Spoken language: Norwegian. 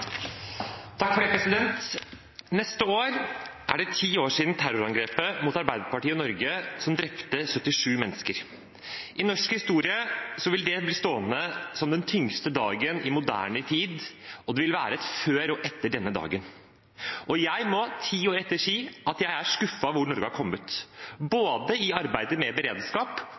det ti år siden terrorangrepet mot Arbeiderpartiet og Norge som drepte 77 mennesker. I norsk historie vil det bli stående som den tyngste dagen i moderne tid, og det vil være et før og etter denne dagen. Jeg må ti år etter si at jeg er skuffet over hvor Norge har kommet, både i arbeidet med beredskap